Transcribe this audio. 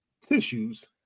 tissues